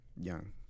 Young